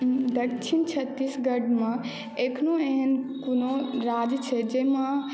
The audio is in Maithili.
दक्षिण छत्तीसगढ़मे एखनहुँ एहन कोनो राज्य छै जाहिमे